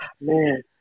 Man